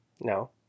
No